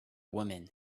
women